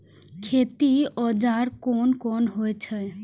खेती औजार कोन कोन होई छै?